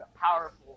powerful